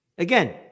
Again